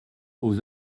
aux